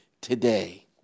today